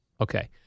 Okay